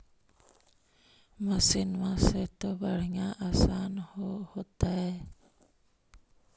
मसिनमा से तो बढ़िया आसन हो होतो?